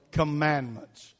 commandments